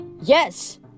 yes